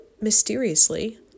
mysteriously